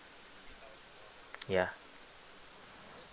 yeah